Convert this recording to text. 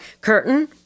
curtain